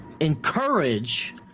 Encourage